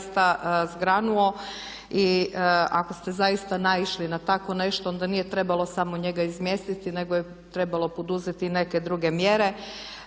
zgranuo i ako ste zaista naišli na takvo nešto onda nije trebalo samo njega izmjestiti nego je trebalo poduzeti i neke druge mjere.